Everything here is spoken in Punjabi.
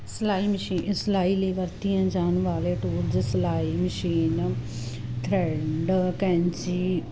ਸਲਾਈ ਮਸ਼ੀਨ ਸਿਲਾਈ ਲਈ ਵਰਤੀਆਂ ਜਾਣ ਵਾਲੇ ਟੂਰਜ ਸਲਾਈ ਮਸ਼ੀਨ ਥਰੈਡ ਕੈਂਚੀ